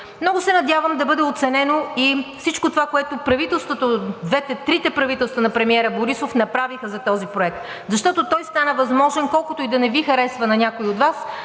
Много се надявам да бъде оценено и всичко това, което трите правителства на премиера Борисова направиха за този проект. Защото той стана възможен, колкото и да не харесва на някои от Вас,